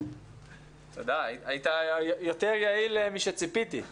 תודה, היית יותר יעיל משציפיתי.